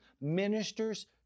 Ministers